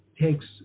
takes